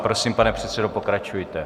Prosím, pane předsedo, pokračujte.